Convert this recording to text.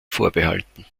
vorbehalten